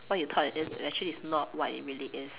what you thought it is is actually is not what it really is